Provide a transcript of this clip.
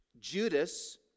Judas